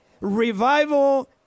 Revival